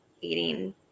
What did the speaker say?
Eating